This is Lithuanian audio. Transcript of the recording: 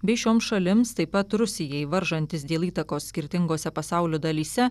bei šioms šalims taip pat rusijai varžantis dėl įtakos skirtingose pasaulio dalyse